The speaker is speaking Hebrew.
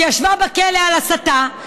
שישבה בכלא על הסתה,